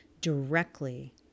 directly